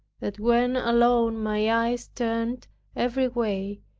that when alone my eyes turned every way,